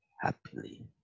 happily